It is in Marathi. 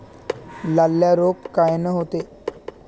लाल्या रोग कायनं येते?